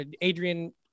Adrian